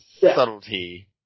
subtlety